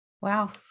wow